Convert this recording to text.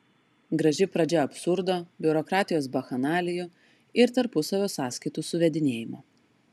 graži pradžia absurdo biurokratijos bakchanalijų ir tarpusavio sąskaitų suvedinėjimo